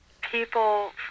people